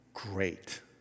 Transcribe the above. Great